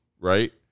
right